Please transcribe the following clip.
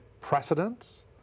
precedents